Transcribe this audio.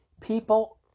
people